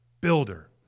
builder